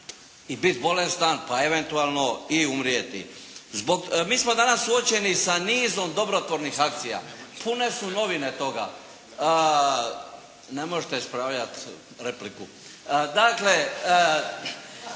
i biti bolestan, pa eventualno i umrijeti. Zbog, mi smo danas suočeni sa nizom dobrotvornih akcija, pune su novine toga, ne možete ispravljati repliku, dakle,